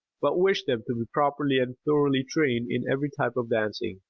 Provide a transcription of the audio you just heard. but wish them to be properly and thoroughly trained in every type of dancing,